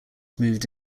moved